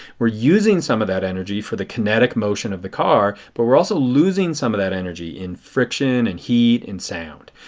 we are using some that energy for the kinetic motion of the car. but we are also losing some of that energy in friction and heat and sound.